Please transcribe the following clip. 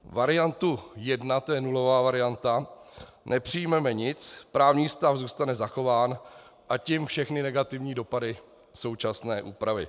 Variantu jedna, to je nulová varianta nepřijmeme nic, právní stav zůstane zachován, a tím všechny negativní dopady současné úpravy.